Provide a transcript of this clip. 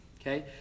okay